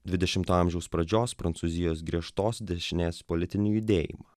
dvidešimto amžiaus pradžios prancūzijos griežtos dešinės politinį judėjimą